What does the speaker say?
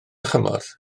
chymorth